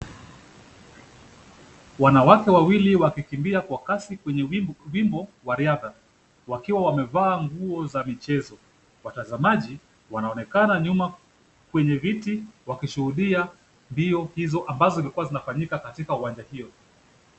Wanawake wawili wakikimbia kwa kasi kwenye bimbo wa riadha wakiwa wamevaa nguo za michezo. Watazamaji wanaonekana nyuma kwenye viti wakishuhudia mbio hizo ambazo zimekuwa zinafanyika kwenye uwanja huo.